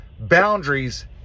boundaries